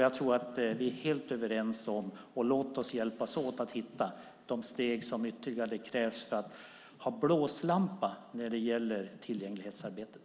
Jag tror att vi är helt överens om detta. Låt oss hjälpas åt att hitta de ytterligare steg som krävs för att ha en blåslampa när det gäller tillgänglighetsarbetet!